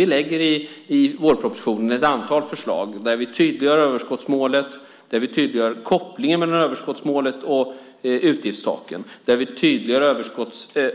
Vi lägger i vårpropositionen fram ett antal förslag där vi tydliggör överskottsmålet, kopplingen mellan överskottsmålet och utgiftstaken,